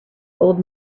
old